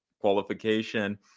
qualification